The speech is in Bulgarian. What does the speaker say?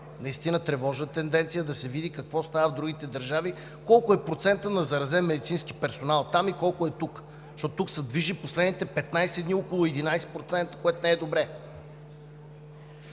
Наистина тревожна тенденция. Да се види какво става в другите държави. Колко е процентът на заразен медицински персонал там и колко е тук? Защото тук в последните 15 дни се движи около 11%, което не е добре.